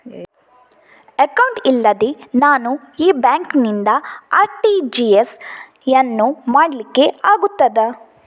Account ಇಲ್ಲದೆ ನಾನು ಈ ಬ್ಯಾಂಕ್ ನಿಂದ ಆರ್.ಟಿ.ಜಿ.ಎಸ್ ಯನ್ನು ಮಾಡ್ಲಿಕೆ ಆಗುತ್ತದ?